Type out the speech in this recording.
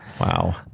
Wow